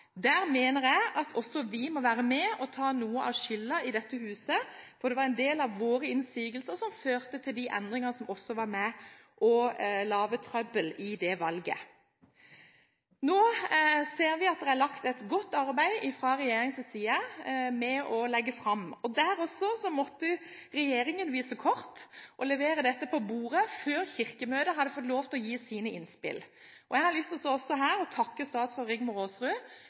mener jeg at også vi i dette huset må være med og ta noe av skylden, for det var en del av våre innsigelser som førte til de endringer som var med og laget trøbbel i det valget. Nå ser vi at det er lagt et godt arbeid fra regjeringens side med å legge fram. Der måtte regjeringen vise kortene og legge disse på bordet før Kirkemøtet hadde fått lov til å gi sine innspill. Jeg har lyst til også her å takke statsråd Rigmor Aasrud